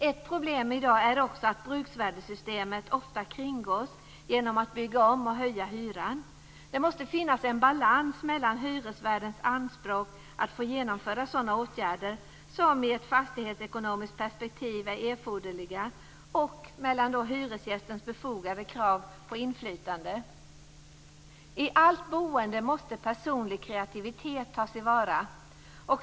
Ett problem i dag är också att bruksvärdessystemet ofta kringgås genom att man bygger om och höjer hyran. Det måste finnas en balans mellan hyresvärdens anspråk på att få genomföra sådana åtgärder som i ett fastighetsekonomiskt perspektiv är erforderliga och hyresgästens befogade krav på inflytande. I allt boende måste personlig kreativitet tas till vara.